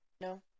No